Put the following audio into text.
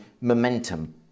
momentum